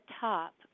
top